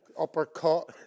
uppercut